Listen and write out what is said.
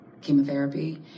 chemotherapy